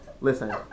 Listen